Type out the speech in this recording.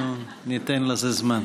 אנחנו ניתן לזה זמן.